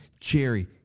Jerry